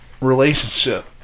relationship